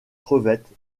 crevettes